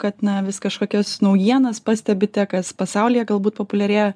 kad na vis kažkokias naujienas pastebite kas pasaulyje galbūt populiarėja